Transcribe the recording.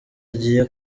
agiye